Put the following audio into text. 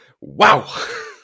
wow